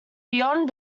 beyond